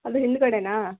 ಅದರ ಹಿಂದುಗಡೆಯಾ